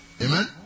Amen